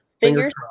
fingers